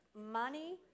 money